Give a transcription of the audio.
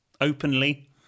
Openly